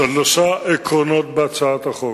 שלושה עקרונות בהצעת החוק: